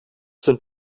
sind